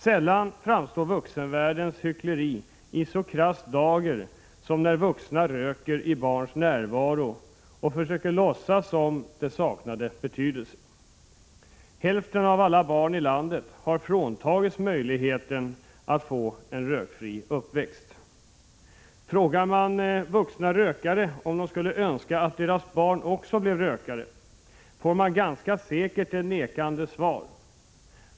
Sällan framstår vuxenvärldens hyckleri i så krass dager som när vuxna röker i barns närvaro och försöker låtsas som om det saknade betydelse. Hälften av alla barn i landet har fråntagits möjligheten att få en rökfri uppväxt. Frågar man vuxna rökare om de skulle önska att deras barn också blev rökare, får man ganska säkert ett nekande svar.